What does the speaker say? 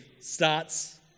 starts